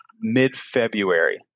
mid-February